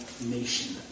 nation